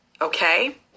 okay